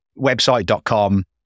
website.com